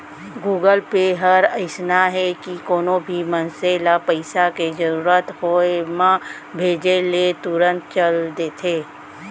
Google Pay हर अइसन हे कि कोनो भी मनसे ल पइसा के जरूरत होय म भेजे ले तुरते चल देथे